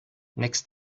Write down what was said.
next